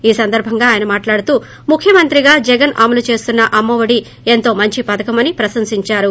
ఈ సందర్బంగా ఆయన మాట్లాడుతూ ముఖ్యమంత్రిగా జగన్ అమలు చేస్తున్న అమ్మఒడి ఎంతో మంచి పథకమని ప్రశంసించారు